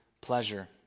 pleasure